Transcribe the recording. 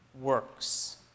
works